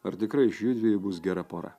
ar tikrai iš jųdviejų bus gera pora